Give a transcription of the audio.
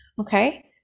okay